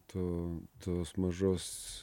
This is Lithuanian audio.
tu tos mažos